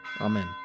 Amen